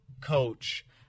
coach